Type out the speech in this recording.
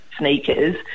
Sneakers